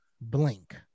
blink